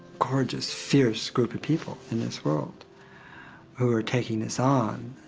gorgeous, fierce group of people in this world who are taking this on.